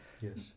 Yes